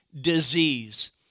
disease